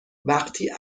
وقتی